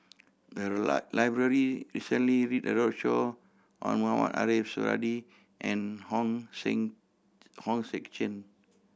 the lie library recently did a roadshow on Mohamed Ariff Suradi and hong sing Hong Sek Chern